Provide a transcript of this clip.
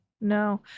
No